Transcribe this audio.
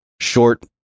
short